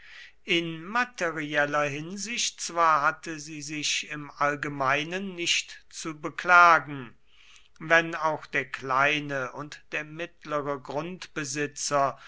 in materieller hinsicht zwar hatte sie sich im allgemeinen nicht zu beklagen wenn auch der kleine und der mittlere grundbesitzer